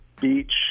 beach